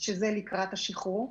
שזה לקראת השחרור.